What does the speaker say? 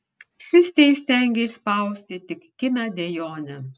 šis teįstengė išspausti tik kimią dejonę